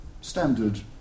standard